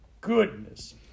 goodness